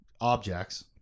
objects